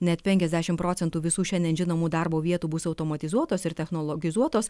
net penkiasdešimt procentų visų šiandien žinomų darbo vietų bus automatizuotos ir technologizuotos